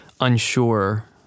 unsure